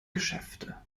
geschäfte